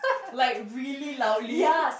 like really loudly